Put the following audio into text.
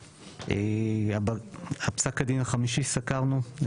פסק הדין החמישי שסקרנו,